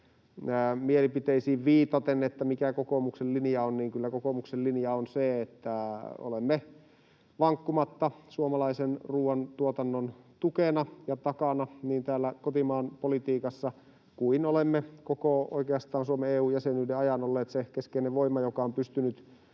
mielipiteisiin viitaten, mikä kokoomuksen linja on, että kyllä kokoomuksen linja on se, että olemme vankkumatta suomalaisen ruoantuotannon tukena ja takana niin täällä kotimaan politiikassa kuin olemme oikeastaan koko Suomen EU-jäsenyyden ajan olleet se keskeinen voima, joka on pystynyt